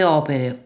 opere